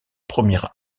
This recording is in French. première